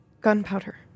Gunpowder